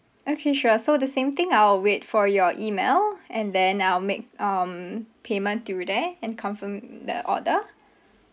okay sure so the same thing I will wait for your email and then I'll make um payment through there and confirm the order